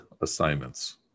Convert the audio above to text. assignments